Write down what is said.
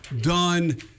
done